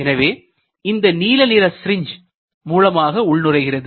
எனவே இந்த நீல நிறம் சிரிஞ்ச் மூலமாக உள்நுழைகிறது